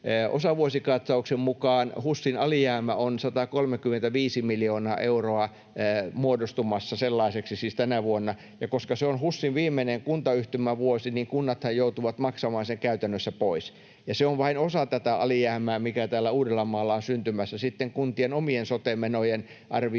osavuosikatsauksen mukaan HUSin alijäämä on muodostumassa 135 miljoonaksi euroksi tänä vuonna, ja koska se on HUSin viimeinen kuntayhtymävuosi, niin kunnathan joutuvat maksamaan sen käytännössä pois, ja se on vain osa tätä alijäämää, mikä täällä Uudellamaalla on syntymässä. Sitten kuntien omien sote-menojen arvio on